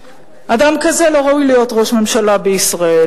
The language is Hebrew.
אדם כזה לא ראוי להיות ראש ממשלה בישראל.